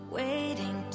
waiting